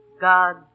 God